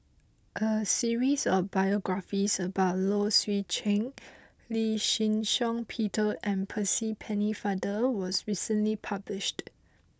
a series of biographies about Low Swee Chen Lee Shih Shiong Peter and Percy Pennefather was recently published